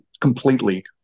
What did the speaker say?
completely